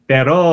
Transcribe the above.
Pero